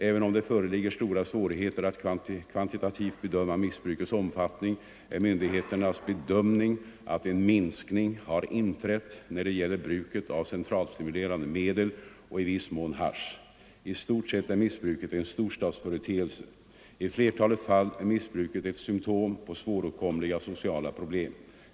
Även om det föreligger stora svårigheter att kvantitativt bedöma missbrukets omfattning, är myndigheternas bedömning att en minskning har inträtt när det gäller bruket av centralstimulerande medel och i viss mån hasch. I stort sett är missbruket en storstadsföreteelse. I flertalet fall är missbruket ett symtom på svåråtkomliga sociala problem.